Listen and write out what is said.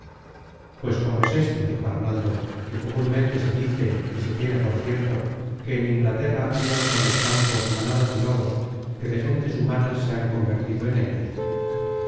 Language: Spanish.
pues cómo es esto dijo arnaldo que comunmente se dice y se tiene por cierto que en inglaterra andan por los campos manadas de lobos que de gentes humanas se han convertido en ellos